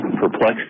perplexed